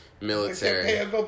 Military